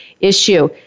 issue